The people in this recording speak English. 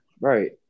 Right